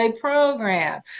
program